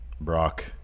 Brock